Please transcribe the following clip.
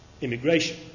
immigration